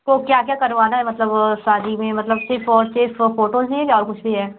तो क्या क्या करवाना है मतलब शादी में मतलब सिर्फ़ और सिर्फ़ फ़ोटो चाहिए कि और भी कुछ है